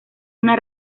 una